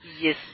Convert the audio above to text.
Yes